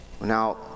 Now